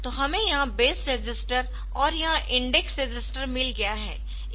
तो हमें यह बेस रजिस्टर और यह इंडेक्स रजिस्टर मिल गया है